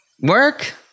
Work